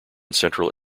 central